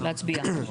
להצביע כמקשה.